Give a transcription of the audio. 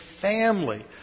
family